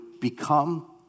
become